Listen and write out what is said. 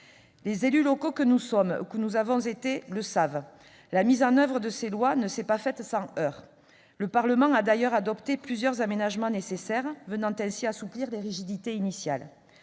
sommes ou que nous avons été le savent, la mise en oeuvre de ces lois ne s'est pas faite sans heurts. Le Parlement a d'ailleurs adopté plusieurs aménagements nécessaires, venant ainsi assouplir les rigidités initiales.